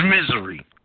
misery